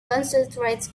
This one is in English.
concentrate